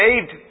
saved